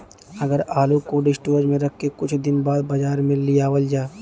अगर आलू cold storage में रख के कुछ दिन बाद बाजार में लियावल जा?